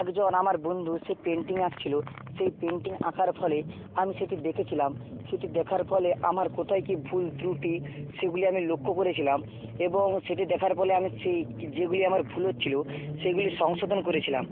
একজন আমার বন্ধু সে পেন্টিং আঁকছিলো সেই পেন্টিং আঁকার ফলে আমি সেটি দেখেছিলাম সেটি দেখার ফলে আমার কোথায় কী ভুল ত্রুটি সেগুলি আমি লক্ষ্য করেছিলাম এবং সেটি দেখার ফলে আমি সেই যেগুলি আমার ভুল হচ্ছিলো সেইগুলি সংশোধন করেছিলাম